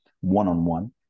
one-on-one